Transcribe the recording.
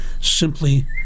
simply